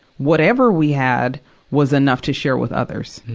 whatever we had was enough to share with others,